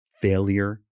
failure